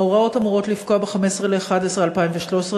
ההוראות אמורות לפקוע ב-15 בנובמבר 2013,